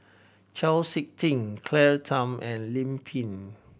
Chau Sik Ting Claire Tham and Lim Pin